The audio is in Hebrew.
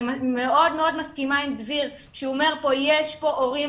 אני מאוד מסכימה עם דביר שאומר שיש פה הורים